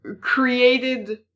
created